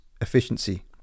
efficiency